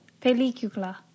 Película